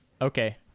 Okay